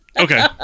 okay